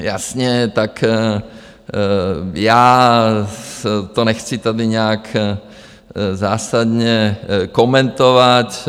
Jasně, tak já to nechci tady nějak zásadně komentovat.